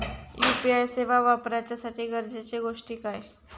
UPI सेवा वापराच्यासाठी गरजेचे गोष्टी काय?